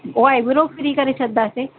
उहा आई ब्रो फ़्री करे छॾिंदासीं